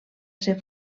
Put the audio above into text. ser